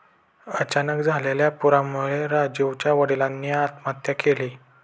अचानक आलेल्या पुरामुळे राजीवच्या वडिलांनी आत्महत्या केली